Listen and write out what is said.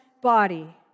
body